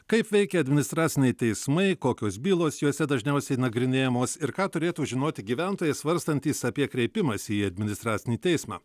kaip veikia administraciniai teismai kokios bylos juose dažniausiai nagrinėjamos ir ką turėtų žinoti gyventojai svarstantys apie kreipimąsi į administracinį teismą